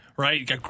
Right